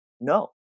no